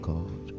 God